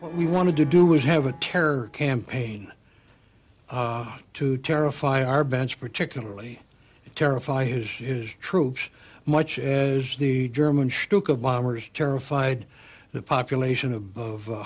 years we wanted to do was have a terror campaign to terrify our bench particularly terrify his troops much as the german bombers terrified the population of of